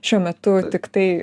šiuo metu tiktai